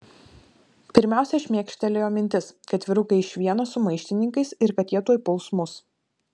pirmiausia šmėkštelėjo mintis kad vyrukai iš vieno su maištininkais ir kad jie tuoj puls mus